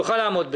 יוכל לעמוד בזה.